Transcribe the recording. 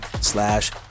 slash